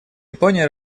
япония